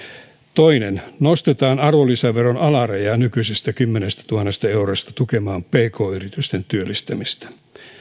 kaksi nostetaan arvonlisäveron alaraja nykyisestä kymmenestätuhannesta eurosta tukemaan pk yritysten työllistämistä